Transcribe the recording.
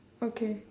okay